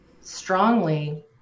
strongly